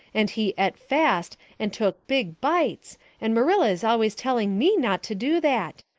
and he et fast and took big bites and marilla is always telling me not to do that.